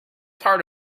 part